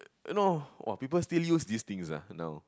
no !wah! people still use these things ah now